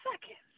seconds